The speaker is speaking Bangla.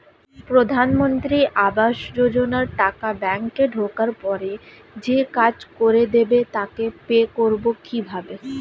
প্রধানমন্ত্রী আবাস যোজনার টাকা ব্যাংকে ঢোকার পরে যে কাজ করে দেবে তাকে পে করব কিভাবে?